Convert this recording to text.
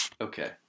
Okay